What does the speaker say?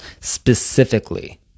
specifically